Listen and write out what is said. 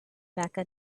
mecca